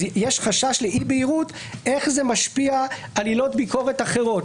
יש חשש לאי-בהירות איך זה משפיע על עילות ביקורת אחרות.